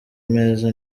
ameze